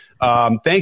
Thank